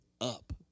up